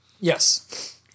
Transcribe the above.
Yes